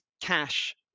cash